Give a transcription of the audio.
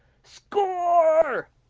score!